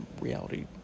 reality